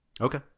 Okay